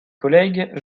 collègues